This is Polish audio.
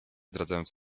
zdradzając